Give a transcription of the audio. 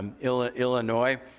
Illinois